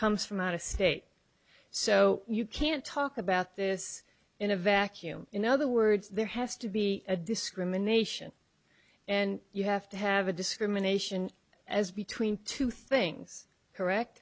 comes from out of state so you can't talk about this in a vacuum in other words there has to be a discrimination and you have to have a discrimination as between two things correct